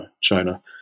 China